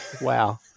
Wow